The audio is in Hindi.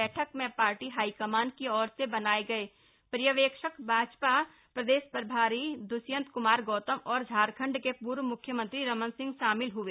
बैठक में पार्टी हाईकमान की ओर से बनाए गए पर्यवेक्षक भाजपा प्रदेश प्रभारी द्वष्यंत क्मार गौतम और झारखंड के पूर्व मुख्यमंत्री रमन सिंह शामिल हुए